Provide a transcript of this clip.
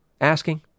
asking